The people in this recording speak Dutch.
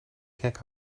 gek